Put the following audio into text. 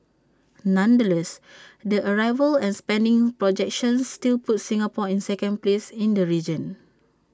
nonetheless the arrivals and spending projections still put Singapore in second place in the region